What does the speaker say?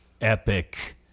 epic